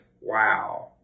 wow